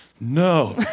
No